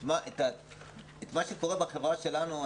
מה שקורה בחברה שלנו,